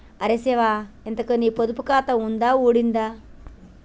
అరే శివా, ఇంతకూ నీ పొదుపు ఖాతా ఉన్నదా ఊడిందా